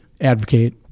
advocate